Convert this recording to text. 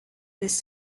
this